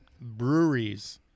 breweries